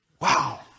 Wow